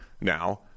now